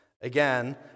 Again